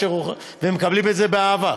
ומקבלים את זה באהבה,